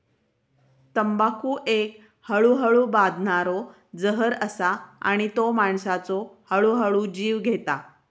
तंबाखू एक हळूहळू बादणारो जहर असा आणि तो माणसाचो हळूहळू जीव घेता